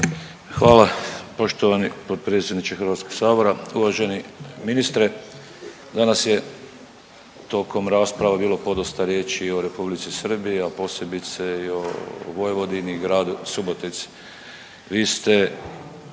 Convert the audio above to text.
Hvala poštovani potpredsjedniče HS-a, uvaženi ministre. Danas je tokom rasprave bilo podosta riječi i o R. Srbiji, a posebice i o Vojvodini, gradu Subotici.